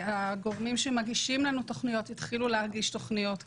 הגורמים שמגישים לנו תוכניות התחילו להגיש תוכניות כאלה.